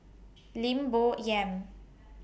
Lim Bo Yam